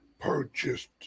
purchased